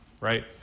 right